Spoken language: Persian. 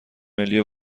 ملی